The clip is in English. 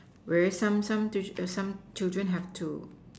whereas some some tuition some children have to